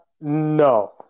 no